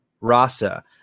rasa